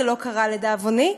זה לא קרה, לדאבוני,